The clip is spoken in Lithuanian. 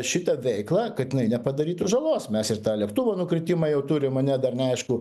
šitą veiklą kad jinai nepadarytų žalos mes ir tą lėktuvo nukritimą jau turim ane dar neaišku